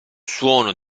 suono